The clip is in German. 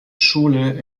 schule